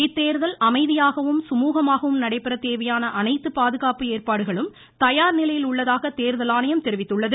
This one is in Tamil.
இத்தேர்தல் அமைதியாகவும் சுமூகமாகவும் நடைபெற தேவையான அனைத்து பாதுகாப்பு ஏற்பாடுகளும் தயார் நிலையில் உள்ளதாக தேர்தல் ஆணையம் தெரிவித்துள்ளது